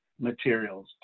materials